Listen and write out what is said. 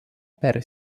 per